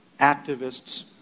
activists